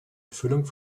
erfüllung